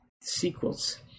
sequels